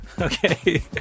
Okay